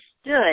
stood